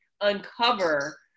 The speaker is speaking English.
uncover